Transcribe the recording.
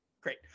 Great